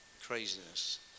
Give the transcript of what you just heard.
craziness